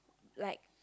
like